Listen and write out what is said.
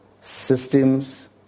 systems